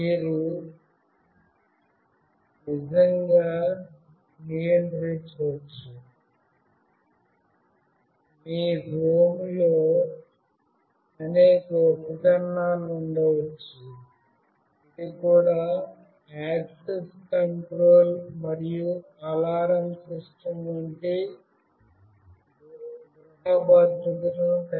మీరు నిజంగా నియంత్రించవచ్చు మీ హోమ్ లో అనేక ఉపకరణాలు ఉండవచ్చు ఇదికూడా యాక్సెస్ కంట్రోల్ మరియు అలారం సిస్టమ్ వంటి గృహ భద్రతను కలిగి ఉంటుంది